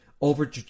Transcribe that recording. over